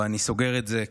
אבל אני סוגר את זה,